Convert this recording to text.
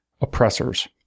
oppressors